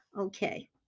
Okay